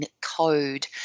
code